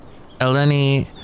Eleni